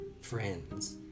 friends